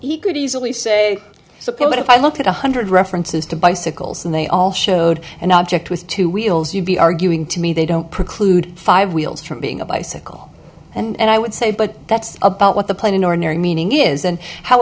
he could easily say so but if i look at one hundred references to bison goals and they all showed an object with two wheels you'd be arguing to me they don't preclude five wheels from being a bicycle and i would say but that's about what the plain ordinary meaning is and how